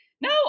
no